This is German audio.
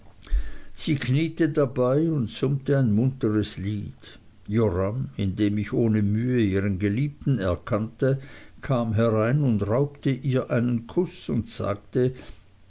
sie kniete dabei und summte ein munteres lied joram in dem ich ohne mühe ihren geliebten erkannte kam herein und raubte ihr einen kuß und sagte